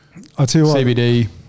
CBD